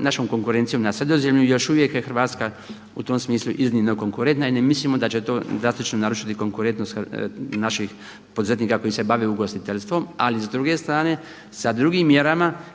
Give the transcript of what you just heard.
našom konkurencijom na Sredozemlju još uvijek je Hrvatska u tom smislu iznimno konkurentna i ne mislimo da će to drastično narušiti konkurentnost naših poduzetnika koji se bave ugostiteljstvo, ali s druge strane sa drugim mjerama